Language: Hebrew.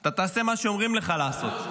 אתה תעשה מה שאומרים לך לעשות.